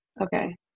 okay